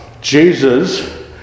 Jesus